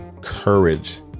courage